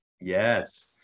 Yes